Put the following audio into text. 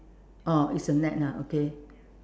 oh it's a net ah okay